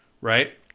right